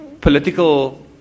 political